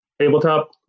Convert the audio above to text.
tabletop